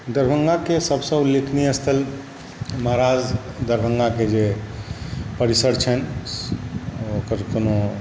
दरभंगाके सबसँ उल्लेखनीय स्थल महाराज दरभंगाके जे परिसर छनि ओकर कोनो